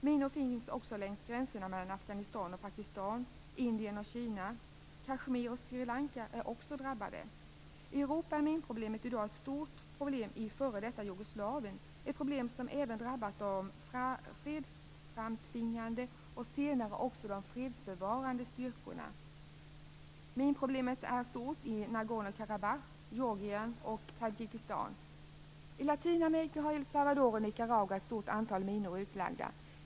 Minor finns också längs gränserna mellan Afghanistan och Pakistan, Indien och Kina, och Kashmir och Sri Lanka är också drabbade. I Europa är minproblemet i dag ett stort problem i f.d. Jugoslavien. Det är ett problem som även drabbat de fredsframtvingande och senare också de fredsbevarande styrkorna. Minproblemet är stort i Nagorno Karabach, Georgien och Tadzjikistan. I Latinamerika har El Salvador och Nicaragua ett stort antal minor utlagda.